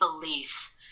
belief